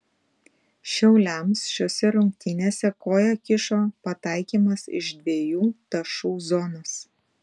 šiauliams šiose rungtynėse koją kišo pataikymas iš dviejų tašų zonos